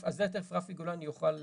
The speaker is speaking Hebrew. אז זה תכף רפי גולני יוכל.